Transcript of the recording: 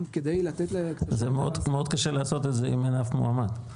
כדי לתת להם -- זה מאוד קשה לעשות את זה אם אין אף מועמד.